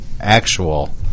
actual